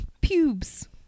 pubes